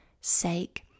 sake